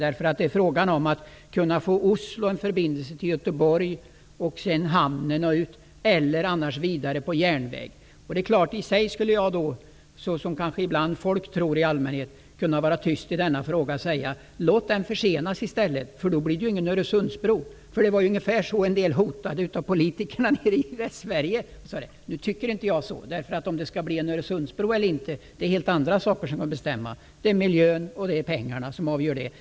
Det är fråga om att kunna få en förbindelse från Oslo till Göteborg, till hamnen där och ut eller vidare på järnväg. Det är klart att jag skulle kunna vara tyst i denna fråga och säga, som folk i allmänhet tror: Låt den försenas, för då blir det ingen Öresundsbro! Det var ungefär så en del av politikerna nere i Västsverige hotade. Nu tycker inte jag så. Om det skall bli en Öresundsbro eller inte är det helt andra saker som får bestämma. Det är miljön och det är pengarna som avgör det.